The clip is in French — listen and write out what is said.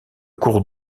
cours